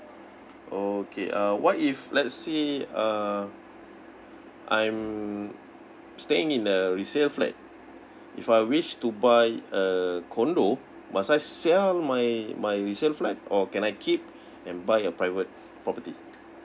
okay uh what if let's say uh I'm staying in the resale flat if I wish to buy a condo must I sell my my resalle flat or can I keep and buy a private property